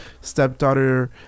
stepdaughter